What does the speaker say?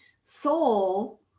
soul